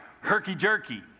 herky-jerky